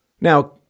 Now